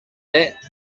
that